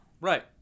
Right